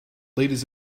ladies